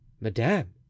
Madame